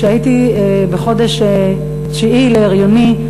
הייתי בחודש התשיעי להריוני,